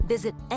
Visit